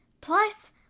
Plus